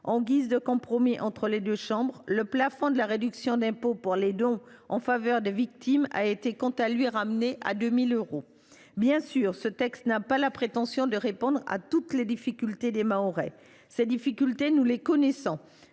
En guise de compromis entre les deux chambres, le plafond de la réduction d’impôt pour les dons en faveur des victimes a quant à lui été ramené à 2 000 euros. Bien sûr, ce texte n’a pas la prétention de répondre à toutes les difficultés des Mahorais. Ces difficultés, nous les connaissons